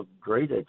great